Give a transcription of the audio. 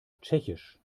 tschechisch